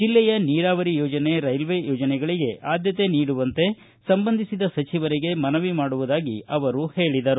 ಜಿಲ್ಲೆಯ ನೀರಾವರಿ ಯೋಜನೆ ರೈಲ್ವೆ ಯೋಜನೆಗಳಗೆ ಆದ್ದತೆ ನೀಡುವಂತೆ ಸಂಬಂಧಿಸಿದ ಸಚಿವರಿಗೆ ಮನವಿ ಮಾಡಿದ್ದೇನೆ ಎಂದು ಅವರು ಹೇಳಿದರು